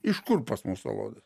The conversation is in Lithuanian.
iš kur pas mus alodas